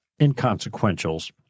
inconsequentials